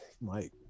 Mike